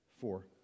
four